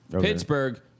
Pittsburgh